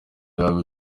yaba